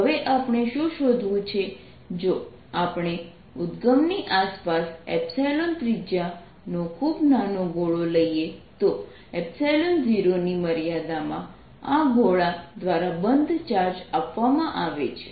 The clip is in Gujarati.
હવે આપણે શું શોધવું છે જો આપણે ઉદ્દગમની આસપાસ ત્રિજ્યાનો ખૂબ નાનો ગોળો લઈએ તો 0 ની મર્યાદામાં આ ગોળા દ્વારા બંધ ચાર્જ આપવામાં આવે છે